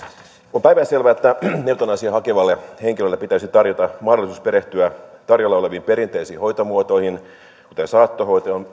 on päivänselvää että eutanasiaa hakevalle henkilölle pitäisi tarjota mahdollisuus perehtyä tarjolla oleviin perinteisiin hoitomuotoihin kuten saattohoitoon